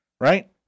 Right